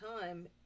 time